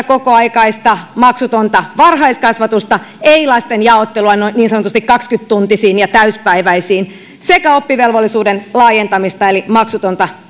kokoaikaista maksutonta varhaiskasvatusta ei lasten jaottelua niin sanotusti kaksikymmentä tuntisiin ja täyspäiväisiin sekä oppivelvollisuuden laajentamista eli maksutonta